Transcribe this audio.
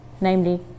namely